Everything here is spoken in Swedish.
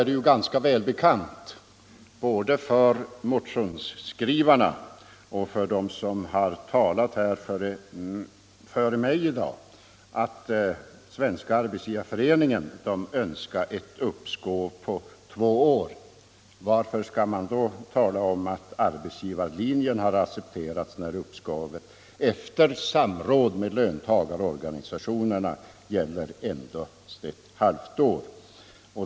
Det är välbekant, både för motionärerna och för dem som har talat före mig i dag, att Svenska arbetsgivareföreningen önskar ett uppskov på två år. Varför talar man om att arbetgivarlinjen accepterats, när uppskovet efter samråd med löntagarorganisationerna satts till endast ett halvt år?